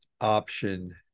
option